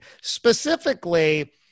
Specifically